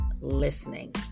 listening